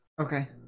Okay